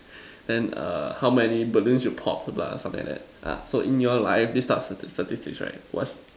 then err how many balloons you popped lah something like that uh so in your life this type of statistic statistics right what's